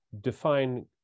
define